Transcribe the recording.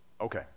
Okay